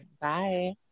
Bye